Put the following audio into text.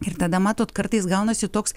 ir tada matot kartais gaunasi toks